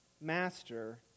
Master